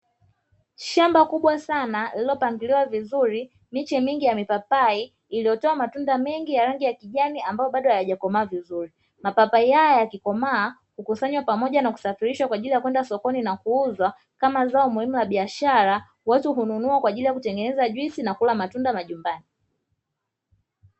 Shamba kubwa sana lililopangiliwa vizuri, miche mingi ya mipapai iliyotoa matunda mengi ya rangi ya kijani ambayo bado hayajakomaa vizuri, mapapai haya ya kikomaa kukusanywa pamoja na kusafirishwa kwa ajili ya kwenda sokoni na kuuzwa kama zao muhimu ya biashara, watu kununua kwa ajili ya kutengeneza juisi na kula matunda majumbani.